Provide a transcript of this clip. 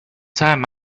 time